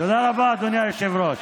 תודה רבה, אדוני היושב-ראש.